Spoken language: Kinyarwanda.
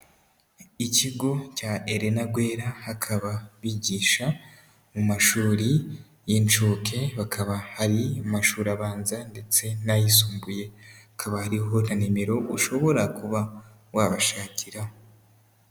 Ikigo cya Elena Guerra, hakaba bigisha mu mashuri y'inshuke, bakaba hari mashuri abanza ndetse n'ayisumbuye, hakaba hariho na nimero ushobora kuba wabashakiraho.